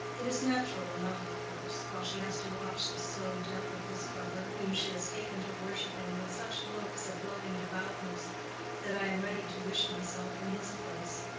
it is natural enough, of course, while she has to watch the slow death of this brother, whom she has taken to worshipping with such looks of loving devoutness that i am ready to wish myself in his place.